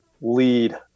lead